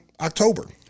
october